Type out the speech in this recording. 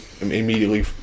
immediately